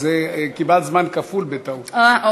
תודה רבה.